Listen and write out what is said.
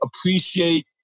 appreciate